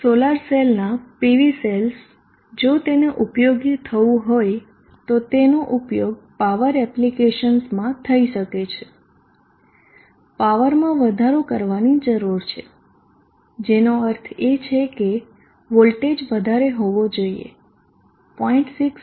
solar સેલના PV cells જો તેને ઉપયોગી થવું હોય તો તેનો ઉપયોગ પાવર એપ્લિકેશનમાં થઈ શકે છે પાવરમાં વધારો કરવાની જરૂર છે જેનો અર્થ એ છે કે વોલ્ટેજ વધારે હોવો જોઈએ 0